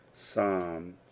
psalm